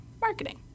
marketing